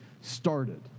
started